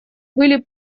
были